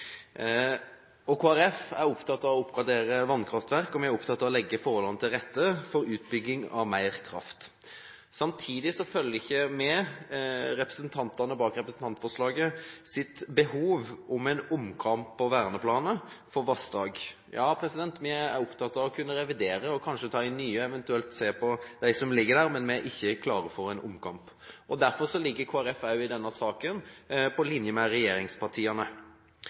er opptatt av å oppgradere vannkraftverk, og vi er opptatt av å legge forholdene til rette for utbygging av mer kraft. Samtidig følger vi ikke representantene bak representantforslaget i deres behov for en omkamp om verneplaner for vassdrag. Vi er opptatt av å kunne revidere og kanskje ta inn nye, eventuelt se på dem som ligger der, men vi er ikke klare for en omkamp. Derfor ligger Kristelig Folkeparti også i denne saken på linje med regjeringspartiene.